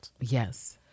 yes